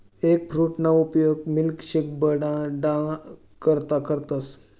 एगफ्रूटना उपयोग मिल्कशेक बनाडाना करता करतस